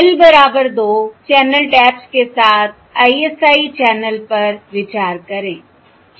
L बराबर दो channel taps के साथ ISI चैनल पर विचार करें ठीक है